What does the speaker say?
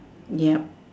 yup